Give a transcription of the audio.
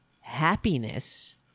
happiness